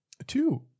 Two